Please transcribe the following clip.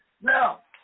Now